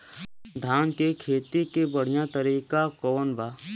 धान के खेती के बढ़ियां तरीका कवन बा?